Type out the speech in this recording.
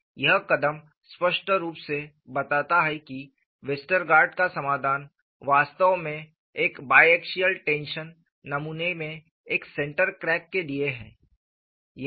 यह कदम स्पष्ट रूप से बताता है कि वेस्टरगार्ड का समाधान वास्तव में एक बायएक्सियल टेंशन नमूने में एक सेंटर क्रैक के लिए है